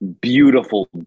beautiful